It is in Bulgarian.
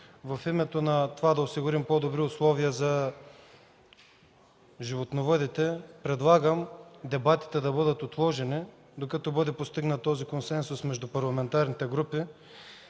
в името на това да осигурим по-добри условия за животновъдите. Предлагам дебатите да бъдат отложени, докато бъде постигнат този консенсус между парламентарните групи.